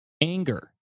anger